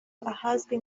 ahazwi